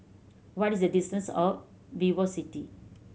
what is the distance of VivoCity